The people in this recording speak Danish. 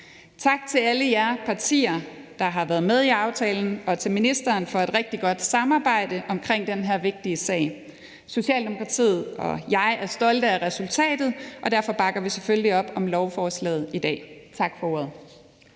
Tak til alle jer partier, der har været med i aftalen, og til ministeren for et rigtig godt samarbejde om den her vigtige sag. Socialdemokratiet og jeg er stolte af resultatet, og derfor bakker vi selvfølgelig op om lovforslaget i dag. Tak for ordet.